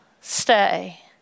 stay